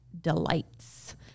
Delights